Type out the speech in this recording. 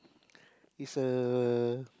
uh